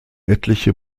etliche